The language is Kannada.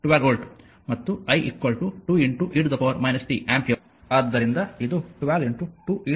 ಆದ್ದರಿಂದ ಇದು v 12 ವೋಲ್ಟ್ ಮತ್ತು i 2 e t ಆಂಪಿಯರ್